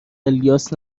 الیاس